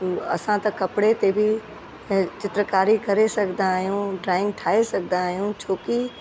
असां त कपिड़े ते बि चित्रकारी करे सघंदा आहियूं ड्रॉइंग ठाहे सघंदा आहियूं छो की